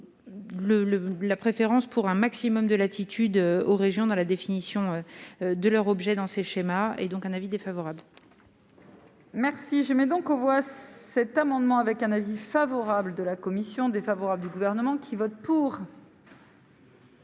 la préférence pour un maximum de latitude aux régions dans la définition de leur objet dans ces schémas et donc un avis défavorable. Merci, je mets donc on voit cet amendement avec un avis favorable de la commission défavorable du gouvernement qui vote pour.